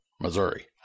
Missouri